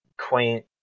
quaint